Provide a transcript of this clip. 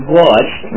watched